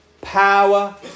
Power